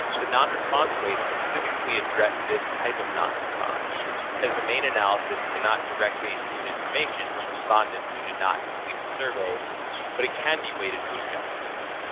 the non-response weights specifically address this type of non-response as the main analysis cannot directly include information from respondents who did not complete the survey but it can be weighted to adjust for them.